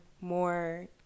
more